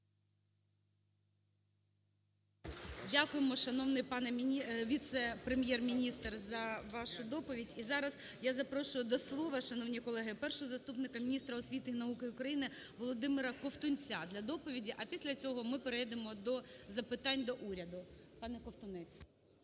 Дякую, шановний пане віце-прем'єр-міністре, за вашу доповідь. І зараз я запрошую до слова, шановні колеги, першого заступника міністра освіти і науки України Володимира Ковтунця для доповіді. А після цього ми перейдемо до запитань до уряду. Пане Ковтунець.